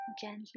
Gently